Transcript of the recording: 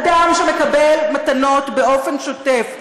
אדם שמקבל מתנות באופן שוטף,